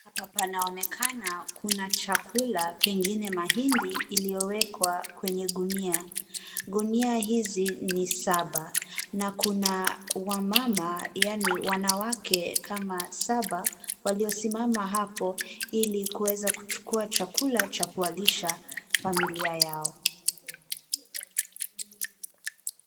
Hapa panaonekana kuna chakula pengine mahindi iliyowekwa kwenye gunia. Gunia hizi ni saba na kuna wamama yani wanawake kama saba waliosimama hapo ili kuweza kuchukua chakula cha kuwalisha familia yao.